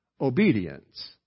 Obedience